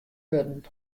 wurden